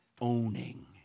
owning